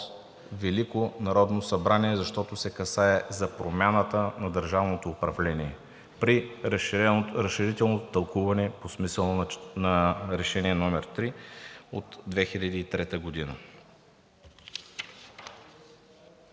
Велико народно събрание“, защото се касае за промяната на държавното управление при разширителното тълкуване по смисъла на Решение № 3 от 2003 г.